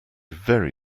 very